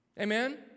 Amen